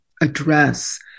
address